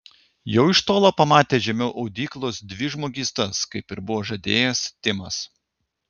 jau iš tolo pamatė žemiau audyklos dvi žmogystas kaip ir buvo žadėjęs timas